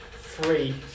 three